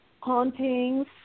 hauntings